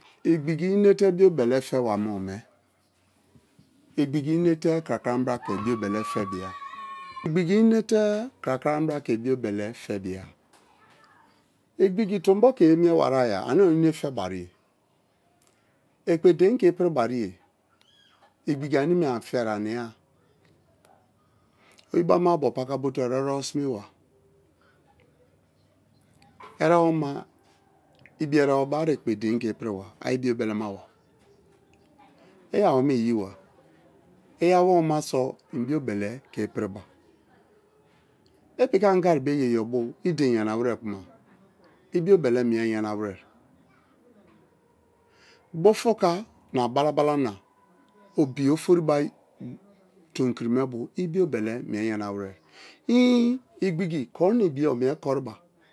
Igbi̱gi̱ i nate biobele fe wamo, igbigi i̱ nate krakrabraa ke biobele fe bịa, igbigi̱ i nate krakra bia ke biobele fe bia igbigo tombo ke mie wari ye a ne enate fe̱ wariye ekpedien be ipiri wariye igbigi a ne i nate ani fe wariye ania. Oyibo ama-abo pakabote̱ o erebo sime wa erebo ma ibi-erebo ma a ekpedein ke ipiriba a ibio belemaba i awome iyiba, iyawome ma so i biobele ke ipiriba, i piki anga yayobo i dein yanawe kuma i biobele yana ware, bufuka na bala bala na obi ofori be tomikiri mebo i bi̱o̱be̱le̱ mie̱ yanaba i̱gbi̱ki̱ ko̱rị na i̱bi̱ye̱ omie koriba